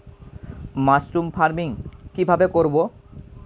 Mushroom farming কি ভাবে করব?